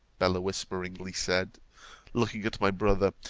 bella whisperingly said looking at my brother,